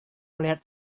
melihat